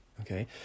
okay